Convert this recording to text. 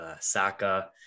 Saka